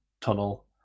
tunnel